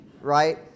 right